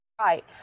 right